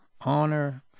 honor